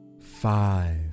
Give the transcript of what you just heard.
five